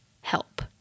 help